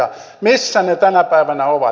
missä ne tänä päivänä ovat